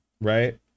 Right